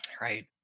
Right